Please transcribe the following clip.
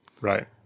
right